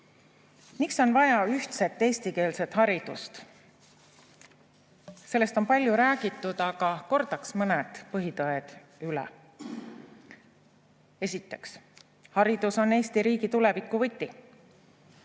Miks on vaja ühtset eestikeelset haridust? Sellest on palju räägitud, aga kordan mõned põhitõed üle. Esiteks, haridus on Eesti riigi tuleviku võti.